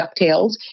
DuckTales